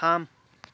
थाम